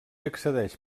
accedeix